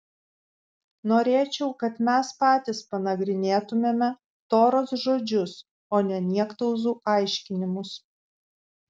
norėčiau kad mes patys panagrinėtumėme toros žodžius o ne niektauzų aiškinimus